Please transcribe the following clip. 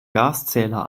gaszähler